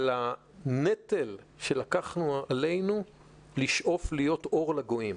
על הנטל שלקחנו עלינו לשאוף להיות אור לגויים.